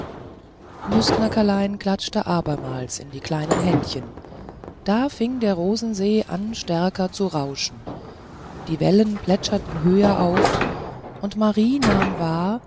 nußknackerlein klatschte abermals in die kleinen händchen da fing der rosensee an stärker zu rauschen die wellen plätscherten höher auf und marie nahm wahr